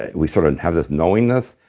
we sort of have this knowingness,